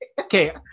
Okay